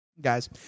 Guys